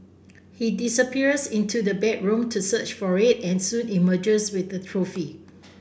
he disappears into the bedroom to search for it and soon emerges with the trophy